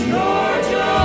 Georgia